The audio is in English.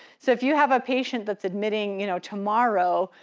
so if you have a patient that's admitting you know tomorrow,